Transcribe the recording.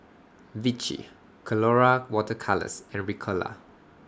Vichy Colora Water Colours and Ricola